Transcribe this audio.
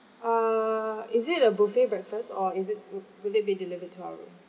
uh is it a buffet breakfast or is it would would it be delivered to our room